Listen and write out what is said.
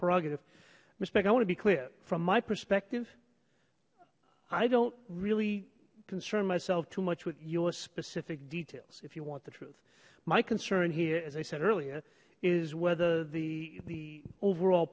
prerogative respect i want to be clear from my perspective i don't really concern myself too much with your specific details if you want the truth my concern here as i said earlier is whether the the overall